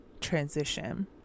transition